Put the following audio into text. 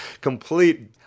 complete